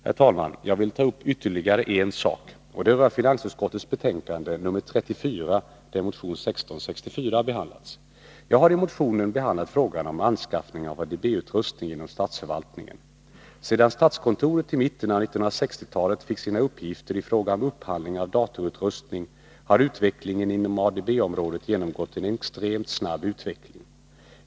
Herr talman! Jag vill ta upp ytterligare en sak. Det gäller finansutskottets betänkande 34, där min motion 1664 har behandlats. Jag har i motionen tagit upp frågan om anskaffning av ADB-utrustning inom statsförvaltningen. Sedan statskontoret i mitten av 1960-talet fick sina uppgifter i fråga om upphandling av datorutrustning har ADB-området genomgått en extremt snabb utveckling.